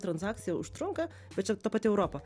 transakcija užtrunka bet čia ta pati europa